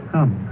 Come